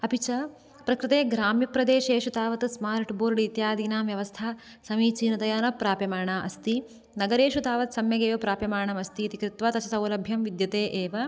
अपि च प्रकृते ग्राम्यप्रदेशेषु तावत् स्मार्ट् बोर्ड् इत्यादीनां व्यवस्था समीचीनतया न प्राप्यमाणा अस्ति नगरेषु तावत् सम्यगेव प्राप्यमाणमस्ति इति कृत्वा तस्य सौलभ्यं विद्यते एव